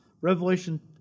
Revelation